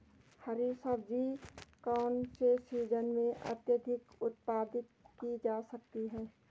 हरी सब्जी कौन से सीजन में अत्यधिक उत्पादित की जा सकती है?